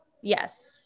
Yes